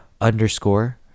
underscore